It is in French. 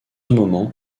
moment